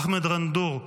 אחמד ע'נדור,